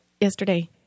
yesterday